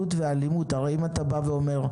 בא ואומר: